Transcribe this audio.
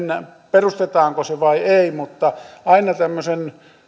perustetaanko se vai ei mutta aina tämmöisen